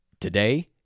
today